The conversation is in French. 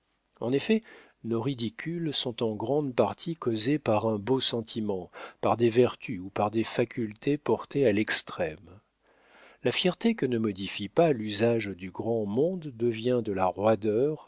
en effet nos ridicules sont en grande partie causés par un beau sentiment par des vertus ou par des facultés portées à l'extrême la fierté que ne modifie pas l'usage du grand monde devient de la roideur